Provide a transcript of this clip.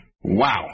Wow